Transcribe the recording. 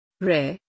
rare